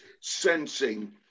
sensing